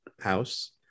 house